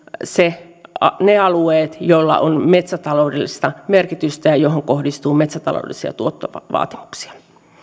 ne alueet joilla on metsätaloudellista merkitystä ja joihin kohdistuu metsätaloudellisia tuottovaatimuksia